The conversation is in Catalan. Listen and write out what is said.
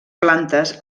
plantes